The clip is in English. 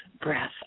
breath